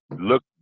look